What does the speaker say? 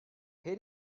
her